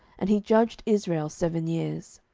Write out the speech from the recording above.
and he judged israel seven years.